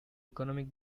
economic